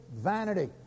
vanity